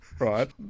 Right